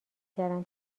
کردن